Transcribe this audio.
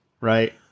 right